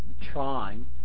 trying